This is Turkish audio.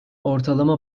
ortalama